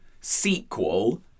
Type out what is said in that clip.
sequel